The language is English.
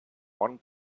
one